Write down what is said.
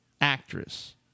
actress